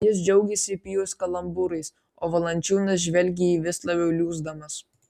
jis džiaugėsi pijaus kalambūrais o valančiūnas žvelgė į jį vis labiau liūsdamas